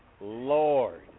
Lord